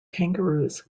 kangaroos